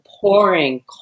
pouring